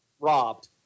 Robbed